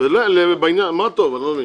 לא הגיוני.